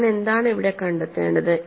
ഞാൻ എന്താണ് ഇവിടെ കണ്ടെത്തേണ്ടത്